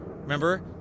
Remember